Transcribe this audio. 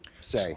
say